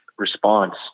Response